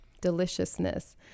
deliciousness